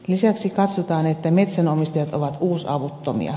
lisäksi katsotaan että metsänomistajat ovat uusavuttomia